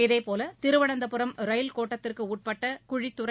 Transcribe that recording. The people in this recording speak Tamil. இதேபோல் திருவனந்தபுரம் ரயில்கோட்டத்திற்குட்பட்ட குழித்துறை